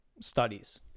studies